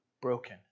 broken